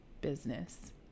business